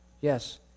Yes